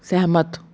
ਸਹਿਮਤ